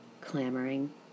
clamoring